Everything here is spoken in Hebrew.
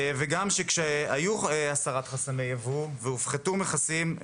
וגם שכשהיו הסרת חסמי יבוא והופחתו מכסים,